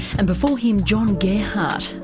and before him john gearhart,